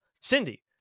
Cindy